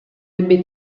ebbe